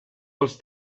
els